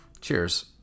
Cheers